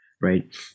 Right